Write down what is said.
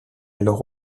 alors